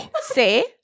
say